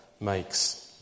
makes